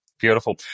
beautiful